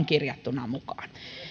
kirjattuna mukaan